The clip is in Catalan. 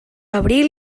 abril